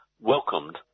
welcomed